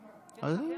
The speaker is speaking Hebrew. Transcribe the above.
פה.